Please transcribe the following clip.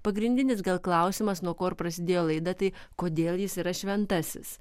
pagrindinis gal klausimas nuo ko ir prasidėjo laida tai kodėl jis yra šventasis